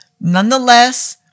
Nonetheless